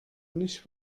nicht